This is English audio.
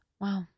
Wow